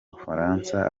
bufaransa